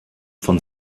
von